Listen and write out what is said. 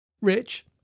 Rich